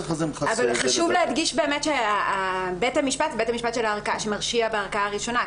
חשוב להדגיש באמת שבית המשפט זה בית המשפט שמרשיע בערכאה הראשונה.